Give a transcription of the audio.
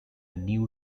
new